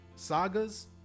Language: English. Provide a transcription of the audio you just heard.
Sagas